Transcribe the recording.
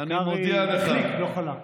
קרעי החליק,